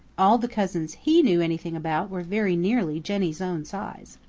all the cousins he knew anything about were very nearly jenny's own size.